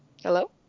Hello